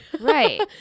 Right